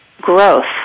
growth